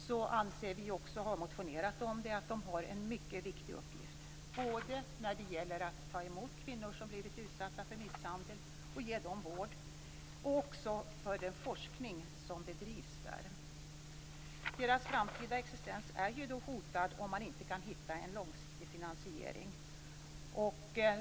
Vi anser, och har motionerat om, att de har en mycket viktig uppgift både när det gäller att ta emot kvinnor som blivit utsatta för misshandel och ge dem vård och för den forskning som bedrivs där. Centrumets framtida existens är ju hotad om man inte kan hitta en långsiktig finansiering.